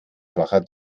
schwacher